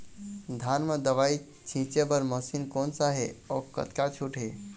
धान म दवई छींचे बर मशीन कोन सा हे अउ कतका छूट हे?